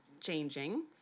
changing